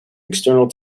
external